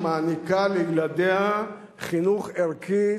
שמעניקה לילדיה חינוך ערכי,